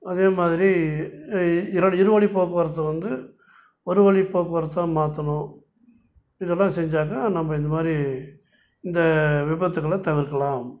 அதே மாதிரி இரடு இரு வழி போக்குவரத்தை வந்து ஒரு வழி போக்குவரத்தாக மாற்றணும் இதெல்லாம் செஞ்சால் தான் நம்ம இந்த மாதிரி இந்த விபத்துக்களை தவிர்க்கலாம்